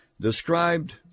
described